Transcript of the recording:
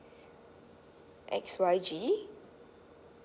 X Y G